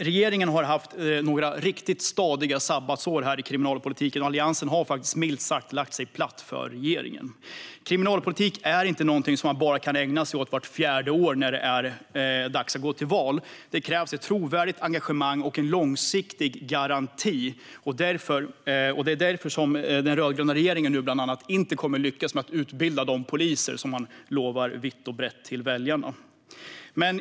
Regeringen har haft några riktigt stadiga sabbatsår inom kriminalpolitiken, och Alliansen har minst sagt lagt sig platt för regeringen. Kriminalpolitik är inte något som man kan ägna sig åt bara vart fjärde år, när det är dags att gå till val. Det krävs ett trovärdigt engagemang och en långsiktig garanti. Det är därför den rödgröna regeringen bland annat inte kommer att lyckas med att utbilda de poliser som man vitt och brett lovar väljarna.